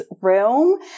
realm